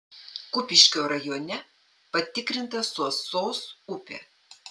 kupiškio rajone patikrinta suosos upė